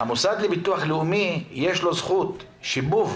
למוסד לביטוח לאומי יש זכות שיבוב